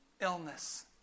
illness